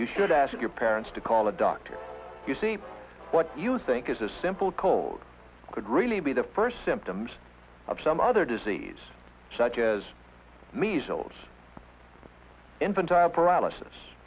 you should ask your parents to call a doctor you see what you think is a simple cold could really be the first symptoms of some other disease such as measles infant child paralysis